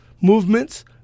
movements